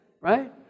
right